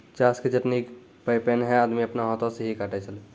चास के कटनी पैनेहे आदमी आपनो हाथै से ही काटै छेलै